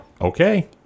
Okay